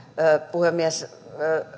puhemies